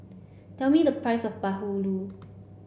tell me the price of Bahulu